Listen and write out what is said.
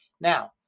Now